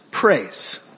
praise